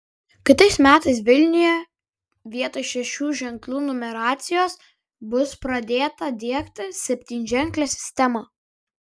kitais metais vilniuje vietoj šešių ženklų numeracijos bus pradėta diegti septynženklė sistema